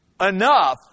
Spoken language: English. enough